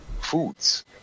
Foods